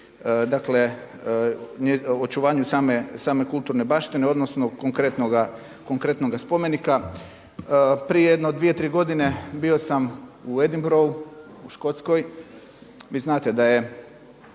dakle očuvanju same kulturne baštine odnosno konkretnoga spomenika. Prije jedno dvije, tri godine bio sam u Edinburghu, u Škotskoj, vi znate da je